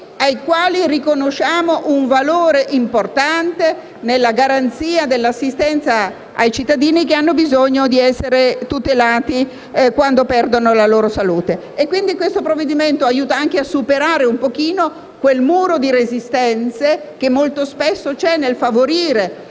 alle quali riconosciamo un valore importante nella garanzia dell'assistenza ai cittadini che hanno bisogno di essere tutelati quando perdono la loro salute. Questo provvedimento pertanto aiuta anche a superare in parte quel muro di resistenze che molto spesso c'è nel favorire